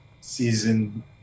season –